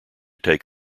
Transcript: take